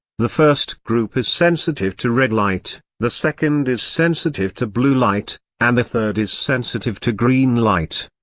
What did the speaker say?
the first group is sensitive to red light, the second is sensitive to blue light, and the third is sensitive to green light.